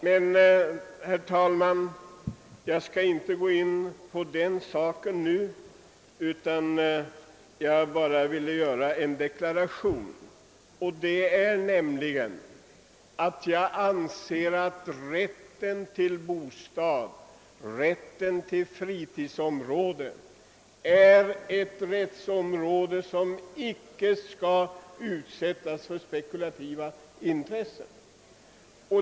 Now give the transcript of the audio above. Men, herr talman, jag skall inte gå in på den saken nu, utan jag vill bara göra den deklarationen, att jag anser att rätten till bostad och rätten till fritidsom råde inte bör bli föremål för spekulativa intressen.